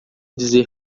dizer